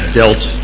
dealt